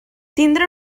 tindre